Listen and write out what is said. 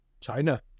China